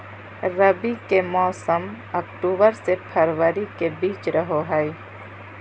रबी के मौसम अक्टूबर से फरवरी के बीच रहो हइ